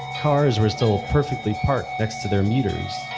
cars were still perfectly parked next to their meters.